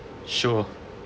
sure